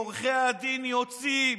עורכי הדין יוצאים,